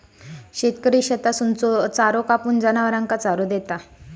शेतकरी शेतातसून चारो कापून, जनावरांना चारो देता